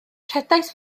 rhedais